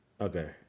Okay